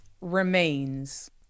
remains